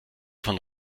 von